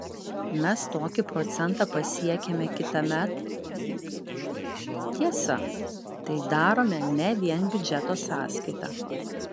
mes tokį procentą pasiekiame kitąmet tiesa tai darome ne vien biudžeto sąskaita